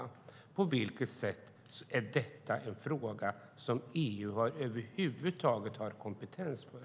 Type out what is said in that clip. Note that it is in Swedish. Min fråga till Hans Rothenberg är på vilket sätt detta är en fråga som EU över huvud taget har kompetens för.